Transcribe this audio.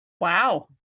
Wow